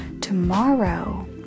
tomorrow